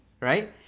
right